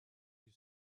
you